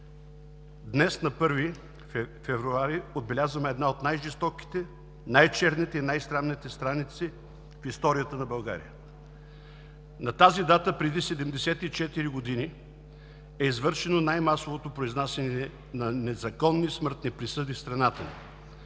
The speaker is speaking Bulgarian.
Днес, на 1 февруари, отбелязваме една от най-жестоките, най-черните и най-странните страници в историята на България. На тази дата преди 74 години е извършено най-масовото произнасяне на незаконни смъртни присъди в страната ни.